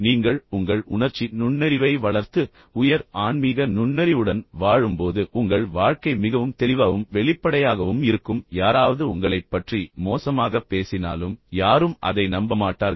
நீங்கள் உங்கள் உணர்ச்சி நுண்ணறிவை வளர்த்து உயர் ஆன்மீக நுண்ணறிவுடன் வாழும்போது உங்கள் வாழ்க்கை மிகவும் தெளிவாகவும் வெளிப்படையாகவும் இருக்கும் யாராவது உங்களைப் பற்றி மோசமாகப் பேசினாலும் யாரும் அதை நம்ப மாட்டார்கள்